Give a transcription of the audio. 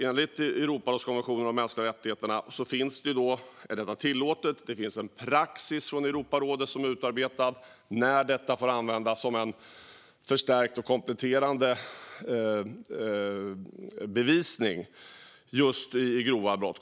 Enligt Europarådets konvention om de mänskliga rättigheterna är detta tillåtet, och det finns en praxis som utarbetats av Europarådet för när det får användas som förstärkt och kompletterande bevisning vid grova brott.